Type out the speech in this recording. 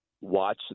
Watch